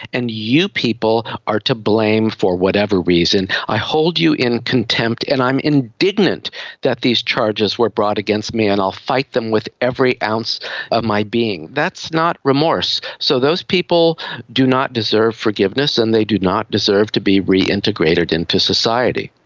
and you people are to blame, for whatever reason. i hold you in contempt and i'm indignant that these charges were brought against me and i'll fight them with every ounce of my being. that's not remorse, so those people do not deserve forgiveness and they do not deserve to be reintegrated into society.